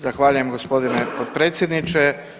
Zahvaljujem g. potpredsjedniče.